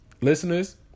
Listeners